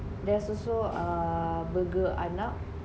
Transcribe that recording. there's also err burger arnab